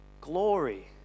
Glory